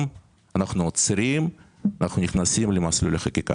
שאנחנו עוצרים ונכנסים למסלולי חקיקה,